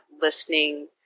listening